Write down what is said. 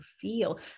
feel